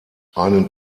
einen